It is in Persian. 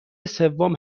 سوم